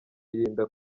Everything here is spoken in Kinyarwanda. yirinda